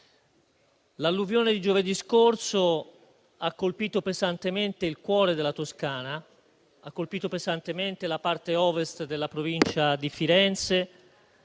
L'alluvione di giovedì scorso ha colpito pesantemente il cuore della Toscana, ha colpito pesantemente la parte Ovest della provincia di Firenze,